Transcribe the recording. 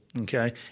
okay